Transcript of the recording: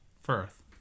Firth